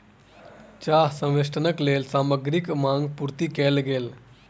चाह संवेष्टनक लेल सामग्रीक मांग पूर्ति कयल गेल